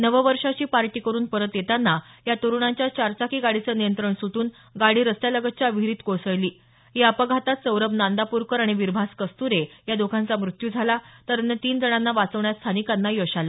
नववर्षाची party करून परत येताना या तरुणांच्या चारचाकी गाडीचं नियंत्रण सुटून गाडी रस्त्यालगतच्या विहिरीत कोसळली या अपघातात सौरभ नांदापूरकर आणि विर्भास कस्तुरे या दोघांचा मृत्यू झाला तर अन्य तीन जणांना वाचवण्यात स्थानिकांना यश आलं